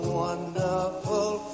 wonderful